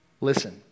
listen